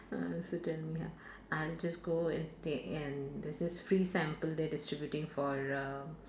uh so then me ah I'll just go and take and there's this free sample there distributing for um